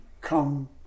come